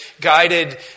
guided